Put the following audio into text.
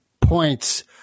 points